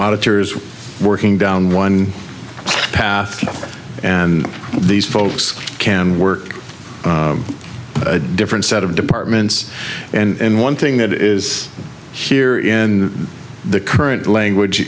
are working down one path and these folks can work a different set of departments and one thing that is here in the current language